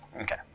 Okay